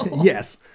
yes